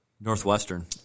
Northwestern